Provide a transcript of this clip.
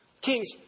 kings